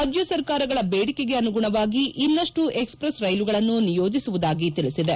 ರಾಜ್ಯ ಸರ್ಕಾರಗಳ ಬೇಡಿಕೆಗೆ ಅನುಗುಣವಾಗಿ ಇನ್ನಷ್ಟು ಎಕ್ಸ್ ಪ್ರೆಸ್ ರೈಲುಗಳನ್ನು ನಿಯೋಜಿಸುವುದಾಗಿ ತಿಳಿಸಿದೆ